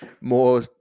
more